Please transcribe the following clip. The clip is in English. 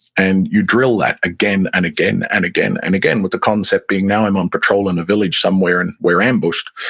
you drill that again and again and again and again, with the concept being now i'm on patrol in a village somewhere and we're ambushed,